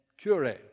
cure